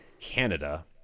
Canada